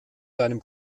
seinem